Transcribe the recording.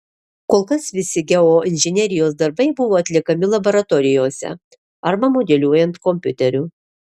kol kas visi geoinžinerijos darbai buvo atliekami laboratorijose arba modeliuojant kompiuteriu